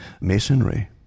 Masonry